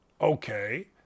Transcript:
okay